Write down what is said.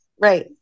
Right